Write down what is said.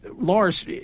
Lars